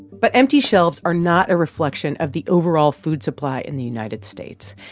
but empty shelves are not a reflection of the overall food supply in the united states.